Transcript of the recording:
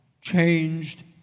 changed